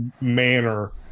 manner